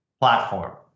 platform